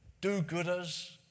do-gooders